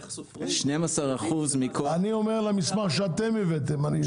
אני מדבר על המסמך שאתם הבאתם.